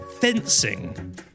fencing